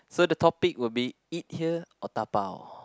so the topic will be eat here or dabao